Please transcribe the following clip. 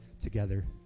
together